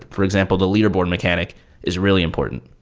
for example, the leaderboard mechanic is really important.